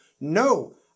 no